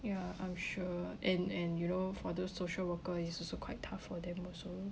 ya I'm sure and and you know for those social worker is also quite tough for them also